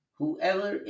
whoever